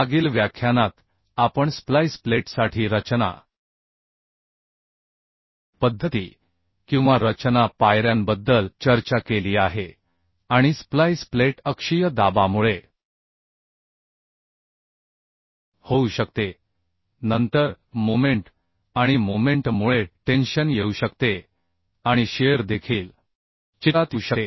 मागील व्याख्यानात आपण स्प्लाइस प्लेटसाठी रचना पद्धती किंवा रचना पायऱ्यांबद्दल चर्चा केली आहे आणि स्प्लाइस प्लेट अक्षीय दाबामुळे होऊ शकते नंतर मोमेंट आणि मोमेंट मुळे टेन्शन येऊ शकते आणि शिअर देखील चित्रात येऊ शकते